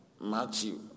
Matthew